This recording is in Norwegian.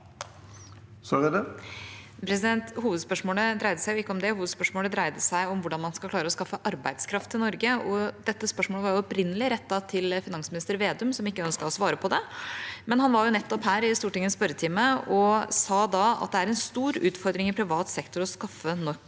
Hovedspørsmå- let dreide seg ikke om det, hovedspørsmålet dreide seg om hvordan man skal klare å skaffe arbeidskraft til Norge. Dette spørsmålet var opprinnelig rettet til finansminister Vedum, som ikke ønsket å svare på det, men han var nettopp her i Stortingets spørretime, og han sa da at det er en stor utfordring i privat sektor å skaffe nok